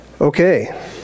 Okay